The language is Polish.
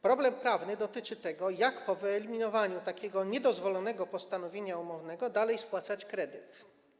Problem prawny dotyczy tego, jak po wyeliminowaniu takiego niedozwolonego postanowienia umownego dalej spłacać kredyt.